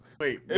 Wait